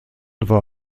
war